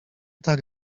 tak